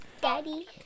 Daddy